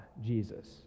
Jesus